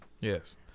Yes